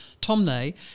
Tomney